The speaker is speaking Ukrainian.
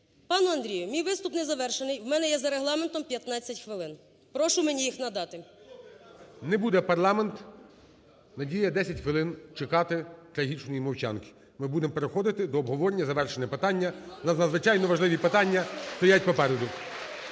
Пане Андрію, мій виступ незавершений. У мене є за Регламентом 15 хвилин. Прошу мені їх надати. ГОЛОВУЮЧИЙ. Не буде парламент, Надія, 10 хвилин чекати трагічної мовчанки. Ми будемо переходити до обговорення і завершення питання. Надзвичайно важливі питання стоять попереду.